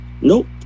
nope